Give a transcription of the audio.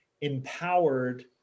empowered